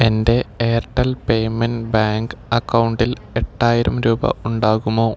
എൻ്റെ Airtel payment bank അക്കൗണ്ടിൽ എട്ടായിരം രൂപ ഉണ്ടാകുമോ